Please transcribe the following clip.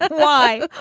ah why.